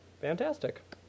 fantastic